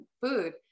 food